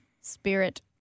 spirit